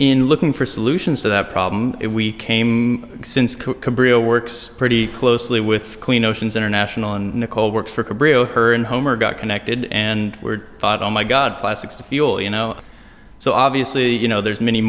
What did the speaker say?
in looking for solutions to that problem if we came since works pretty closely with clean oceans international and nicole works for cabrio her and homer got connected and we're thought oh my god plastics to fuel you know so obviously you know there's many